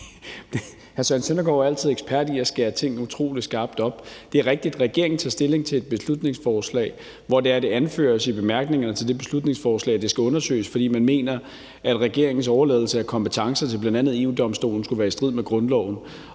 Hr. Søren Søndergaard er altid ekspert i at stille tingene utrolig skarpt op. Det er rigtigt, at regeringen tager stilling til et beslutningsforslag, hvor det anføres i bemærkningerne, at det her skal undersøges, fordi man mener, at regeringens overladelse af kompetencer til bl.a. EU-Domstolen skulle være i strid med grundloven.